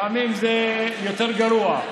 לפעמים זה יותר גרוע,